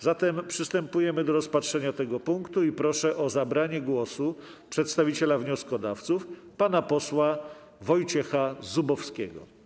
Zatem przystępujemy do rozpatrzenia tego punktu i proszę o zabranie głosu przedstawiciela wnioskodawców pana posła Wojciecha Zubowskiego.